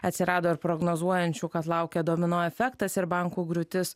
atsirado ir prognozuojančių kad laukia domino efektas ir bankų griūtis